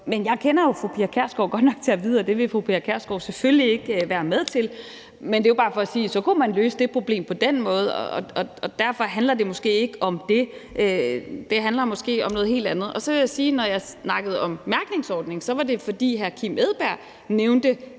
Men jeg kender jo fru Pia Kjærsgaard godt nok til at vide, at det ville fru Pia Kjærsgaard selvfølgelig ikke være med til. Men det er jo bare for at sige, at så kunne man løse det problem på den måde. Derfor handler det måske ikke om det; det handler måske om noget helt andet. Så vil jeg sige, at når jeg snakkede om en mærkningsordning, var det, fordi hr. Kim Edberg Andersen